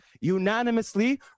unanimously